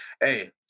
hey